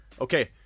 Okay